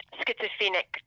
schizophrenic